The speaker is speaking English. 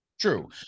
true